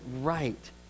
right